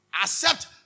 accept